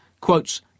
Quotes